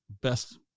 best